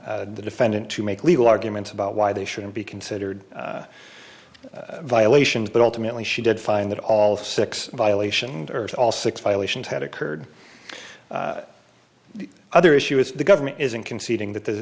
the defendant to make legal arguments about why they shouldn't be considered violations but ultimately she did find that all six violation dirs all six violations had occurred the other issue is the government isn't conceding that